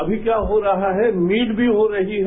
अभी क्या हो रहा है नीट भी हो रही है